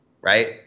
right